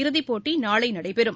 இறுதிப்போட்டி நாளை நடைபெறும்